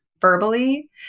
verbally